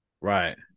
Right